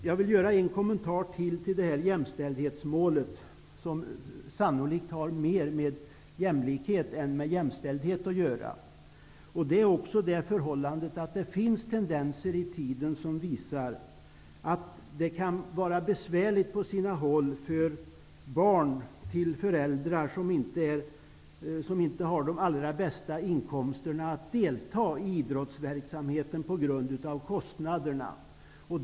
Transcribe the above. Jag vill ge en kommentar angående jämställdhetsmålet, som sannolikt har mer med jämlikhet än med jämställdhet att göra. Det gäller förhållandet att det finns tendenser i tiden som visar att det kan vara besvärligt för barn till föräldrar som inte har de allra bästa inkomsterna att på grund av kostnaderna delta i idrottsverksamhet.